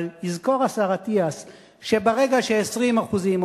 אבל יזכור השר אטיאס שברגע ש-20% או